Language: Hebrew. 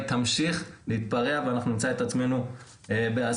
היא תמשיך להתפרע ואנחנו נמצא את עצמנו באסון.